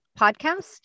podcast